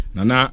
Nana